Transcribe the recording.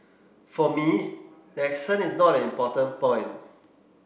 for me the accent is not an important point